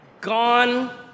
Gone